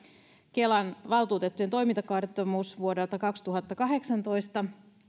kelan valtuutettujen toimintakertomus vuodelta kaksituhattakahdeksantoista